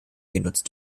genutzt